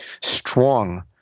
strong